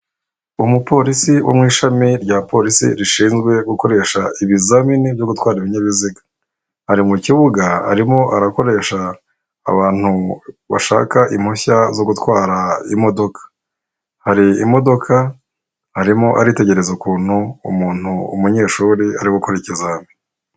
Umupolisi wo mu ishami rya polisi rishinzwe gukoresha ibizamini byo gutwara ibinyabiziga, ari mu kibuga arimo arakoresha abantu bashaka impushya zo gutwara imodoka hari imodoka, harimo aritegereza ukuntu umuntu umunyeshuri arimo gukora ikizami.